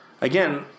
Again